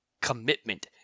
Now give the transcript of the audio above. Commitment